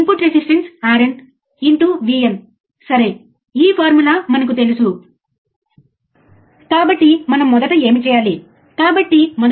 slew rate యొక్క కొలత ఇది అంటే మీరు ఈ ప్రత్యేకమైన గ్రాఫ్లో చూసినట్లయితే మనము ఇక్కడ ఏమి చూస్తాము